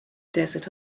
desert